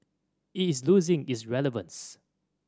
it is losing its relevance